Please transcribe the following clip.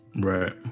right